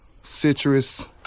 citrus